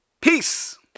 Peace